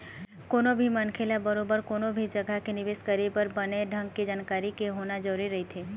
कोनो भी मनखे ल बरोबर कोनो भी जघा के निवेश करे बर बने ढंग के जानकारी के होना जरुरी रहिथे